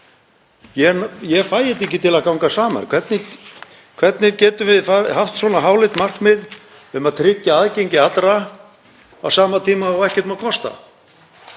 Ég fæ þetta ekki til að ganga upp. Hvernig getum við haft svona háleit markmið um að tryggja aðgengi allra á sama tíma og það má ekki kosta